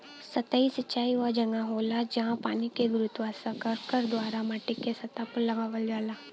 सतही सिंचाई वह जगह होला, जहाँ पानी के गुरुत्वाकर्षण द्वारा माटीके सतह पर लगावल जाला